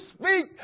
speak